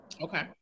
Okay